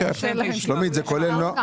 שלומית, זה כולל נעם?